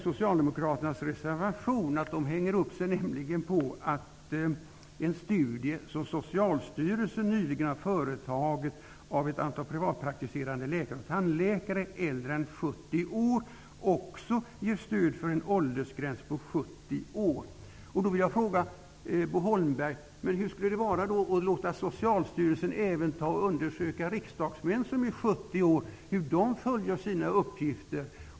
Socialdemokraterna har i sin reservation hängt upp sig på att en studie som Socialstyrelsen nyligen har företagit av ett antal privatpraktiserande läkare och tandläkare äldre än 70 år också ger stöd för en åldersgräns på 70 år. Då vill jag fråga Bo Holmberg: Hur skulle det vara att låta Socialstyrelsen även låta undersöka hur riksdagsmän som är 70 år fullföljer sina uppgifter?